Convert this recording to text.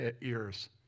ears